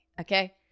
okay